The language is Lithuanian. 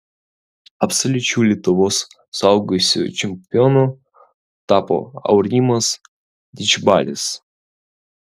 absoliučiu lietuvos suaugusiųjų čempionu tapo aurimas didžbalis